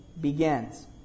begins